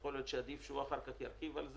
תרצה להזמין אותנו פעם אחת לדיון על זה,